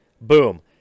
Boom